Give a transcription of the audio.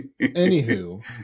Anywho